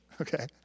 Okay